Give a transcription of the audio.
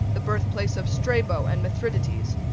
the birthplace of strabo and mithridates.